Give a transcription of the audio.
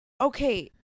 Okay